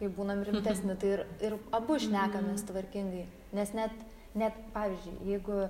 kai būnam rimtesni tai ir ir abu šnekamės tvarkingai nes net net pavyzdžiui jeigu